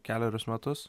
kelerius metus